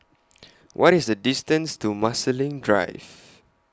What IS The distance to Marsiling Drive